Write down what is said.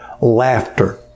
laughter